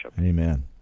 Amen